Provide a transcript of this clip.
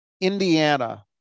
Indiana